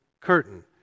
curtain